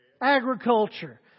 agriculture